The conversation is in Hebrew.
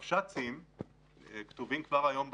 הרבש"צים של הישובים כתובים כבר היום בחוק.